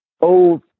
old